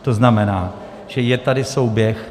To znamená, že je tady souběh.